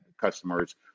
customers